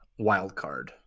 wildcard